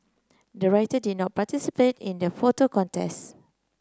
the writer did not participate in the photo contest